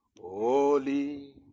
Holy